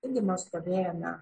taigi mes pradėjome